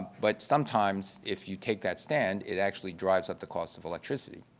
but sometimes if you take that stand it actually drives up the cost of electricity.